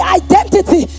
identity